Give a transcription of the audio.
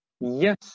Yes